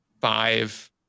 five